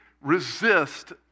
resist